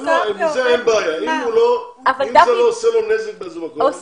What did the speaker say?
אם זה לא עושה לו נזק באיזה מקום, אז אין בעיה.